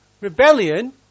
Rebellion